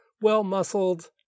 well-muscled